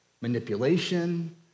manipulation